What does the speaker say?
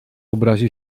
obrazi